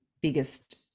biggest